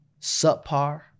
subpar